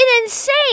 insane